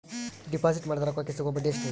Deposit ಮಾಡಿದ ರೊಕ್ಕಕೆ ಸಿಗುವ ಬಡ್ಡಿ ಎಷ್ಟ್ರೀ?